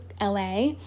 LA